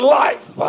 life